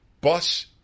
bus